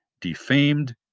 defamed